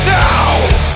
now